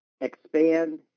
expand